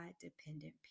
dependent